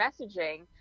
messaging